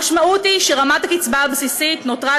המשמעות היא שרמת הקצבה הבסיסית נותרה